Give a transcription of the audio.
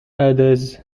others